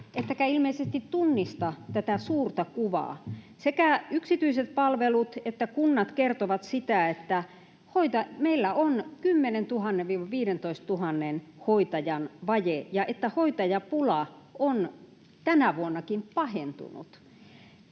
ettekä ilmeisesti tunnista tätä suurta kuvaa. Sekä yksityiset palvelut että kunnat kertovat sitä, että meillä on 10 000—15 000 hoitajan vaje ja että hoitajapula on tänäkin vuonna pahentunut.